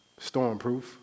stormproof